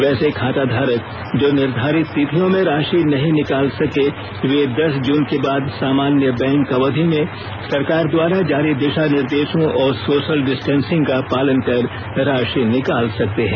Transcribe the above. वैसे खाताधारक जो निर्धारित तिथियों में राशि नहीं निकाल सके वे दस जून के बाद सामान्य बैंक अवधि में सरकार द्वारा जारी दिशा निर्देशों और सोशल डिस्टेंसिग का पालन कर राशि निकाल सकते हैं